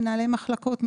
מנהלי מחלקות,